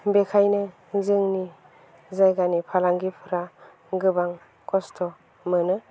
बेनिखायनो जोंनि जायगानि फालांगिफोरा गोबां खस्थ' मोनो